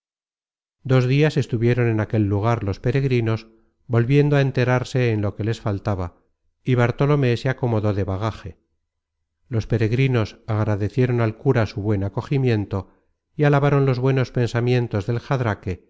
dos dias estuvieron en aquel lugar los peregrinos volviendo á enterarse en lo que les faltaba y bartolomé se acomodó de bagaje los peregrinos agradecieron al cura su buen acogimiento y alabaron los buenos pensamientos del